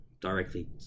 directly